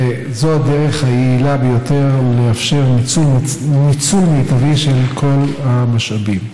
וזו הדרך היעילה ביותר לאפשר ניצול מיטבי של כל המשאבים.